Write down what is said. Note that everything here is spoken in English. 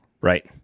Right